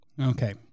okay